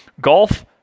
Golf